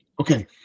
Okay